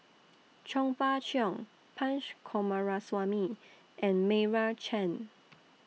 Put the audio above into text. Chong Fah Cheong Punch Coomaraswamy and Meira Chand